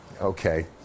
Okay